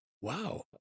wow